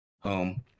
home